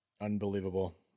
unbelievable